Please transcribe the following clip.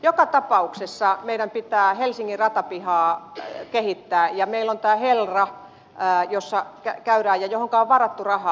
joka tapauksessa meidän pitää helsingin ratapihaa kehittää ja meillä on helra johonka on varattu rahaa